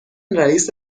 رئیس